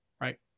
right